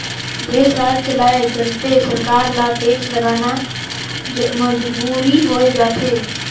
देस, राज चलाए चलते सरकार ल टेक्स लगाना मजबुरी होय जाथे